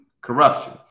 corruption